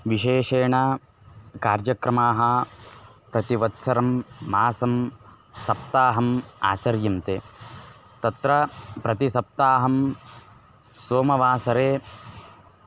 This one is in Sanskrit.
विशेषेण कार्यक्रमाः प्रतिवत्सरं मासं सप्ताहम् आचर्यन्ते तत्र प्रतिसप्ताहं सोमवासरे